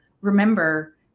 remember